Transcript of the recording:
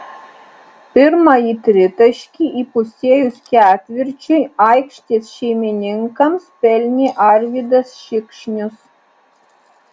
pirmąjį tritaškį įpusėjus ketvirčiui aikštės šeimininkams pelnė arvydas šikšnius